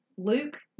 Luke